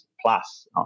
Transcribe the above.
plus